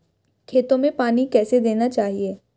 खेतों में पानी कैसे देना चाहिए?